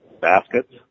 baskets